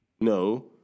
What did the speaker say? No